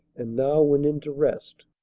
and now went into rest.